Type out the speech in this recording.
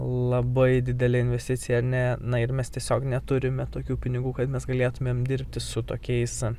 labai didelė investicija ne na ir mes tiesiog neturime tokių pinigų kad mes galėtumėm dirbti su tokiais